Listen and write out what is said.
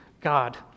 God